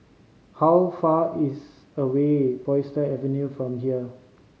how far is away Avenue from here